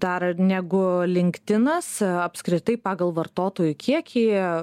dar negu linktinas apskritai pagal vartotojų kiekį